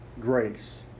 grace